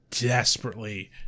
desperately